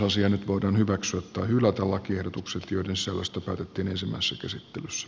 nyt voidaan hyväksyä tai hylätä lakiehdotukset joiden suostu tarkenisimmassa käsittelyssä